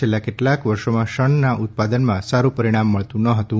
છેલ્લા કેટલાંક વર્ષોમાં શણનાં ઉત્પાદનમાં સાડું પરિણામ મળતું ન હતું